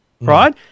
right